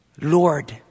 Lord